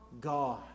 God